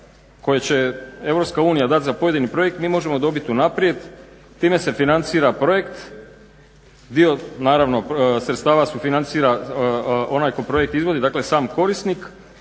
koje će EU dati za pojedini projekt mi možemo dobiti unaprijed, time se financira projekt, dio naravno sredstava sufinancira onaj ko projekt izvodi, dakle sam korisnik